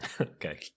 Okay